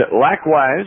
likewise